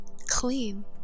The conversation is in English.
clean